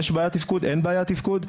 יש בעיית תפקוד?